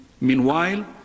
Meanwhile